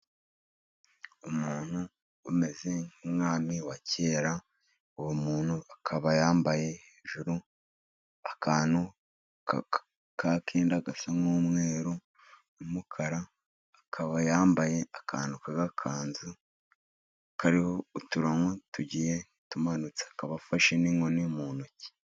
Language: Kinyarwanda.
Umuntu umeze nk'umwami wa kera, uwo muntu akaba yambaye hejuru akantu ka kenda gasa nk'umweru, umukara, akaba yambaye akantu k'agakanzu kariho uturongo tugiye tumanitse akaba afashe n'inkoni mu ntoki.